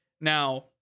now